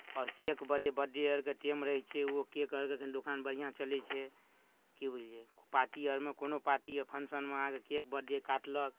आओर cake birthday आरके time रहै छै ओ केक आरके दोकान एखन बढ़िआँ चलै छै की बुझलियै पार्टी आरमे कोनो पार्टी एखन फंक्शनमे केक बर्डे काटलक